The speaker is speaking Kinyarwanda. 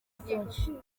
byinshi